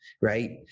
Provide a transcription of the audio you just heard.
right